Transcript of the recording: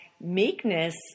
meekness